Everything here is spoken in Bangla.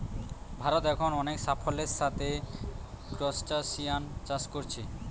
ভারত এখন অনেক সাফল্যের সাথে ক্রস্টাসিআন চাষ কোরছে